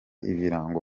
ibirango